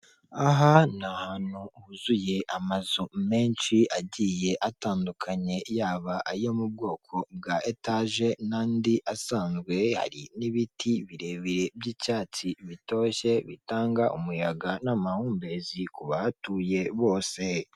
Mu nzu y'ubwiteganyirize mu kwivuza ya ara esi esibi hicayemo abantu benshi batandukanye, higanjemo abakozi b'iki kigo ndetse n'abaturage baje kwaka serivise.